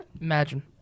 Imagine